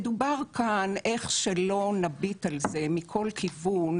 מדובר כאן איך שלא נביט על זה מכל כיוון,